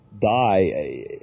die